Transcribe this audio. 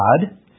God